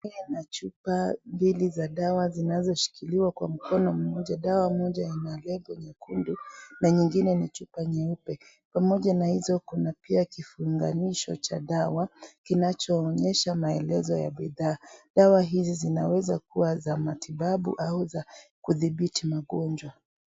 Kuna chupa mbili za dawa zilizoshikiliwa na mkono mmoja, dawa moja ina rebo nyekundu nyingine ni chupa nyeupe pamoja na hizo kuna pia kifunganisho cha dawa kinachoeleza maelezo ya bidhaa, dawa hizi zinaweza kuwa za matibabu au za kutibithi magonjwa.